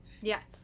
yes